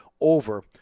over